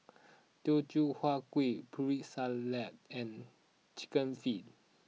Teochew Huat Kueh Putri Salad and Chicken Feet